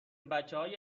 بچههای